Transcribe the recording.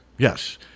Yes